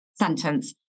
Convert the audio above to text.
sentence